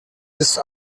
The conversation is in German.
ist